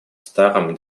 старом